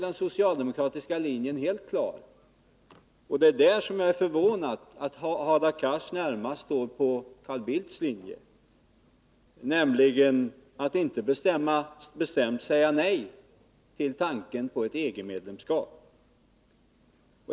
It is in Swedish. Den socialdemokratiska linjen är helt klar, medan jag däremot är rätt förvånad över att Hadar Cars närmast står på Carl Bildts linje, som innebär att man inte bestämt säger nej till tanken på EG-medlemskap.